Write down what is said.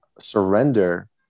surrender